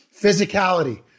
physicality